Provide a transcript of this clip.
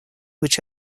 which